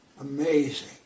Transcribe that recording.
Amazing